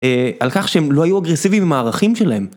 על כך שהם לא היו אגרסיביים במערכים שלהם.